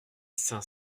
cinq